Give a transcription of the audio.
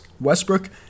Westbrook